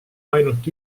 ainult